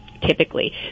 typically